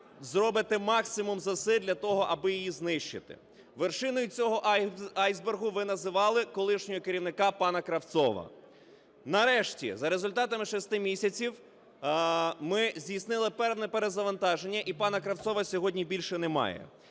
зробите максимум за все для того, аби її знищити. Вершиною цього айсбергу ви називали колишнього керівника пана Кравцова. Нарешті, за результатами шести місяців ми здійснили перезавантаження, і пана Кравцова сьогодні більше немає.